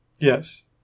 yes